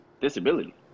disability